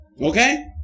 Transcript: Okay